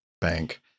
bank